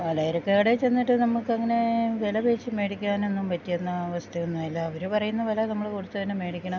പലചരക്ക് കടയിൽ ചെന്നിട്ട് നമുക്ക് അങ്ങനെ വില പേശി മേടിക്കാൻ ഒന്നും പറ്റിയെന്ന അവസ്ഥ ഒന്നും അല്ല അവർ പറയുന്ന വില നമ്മൾ കൊടുത്ത് തന്നെ മേടിക്കണം